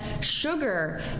sugar